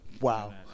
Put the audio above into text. Wow